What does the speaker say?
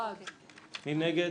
מי נגד?